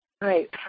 Right